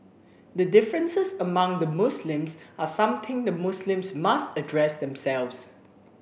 the differences among the Muslims are something the Muslims must address themselves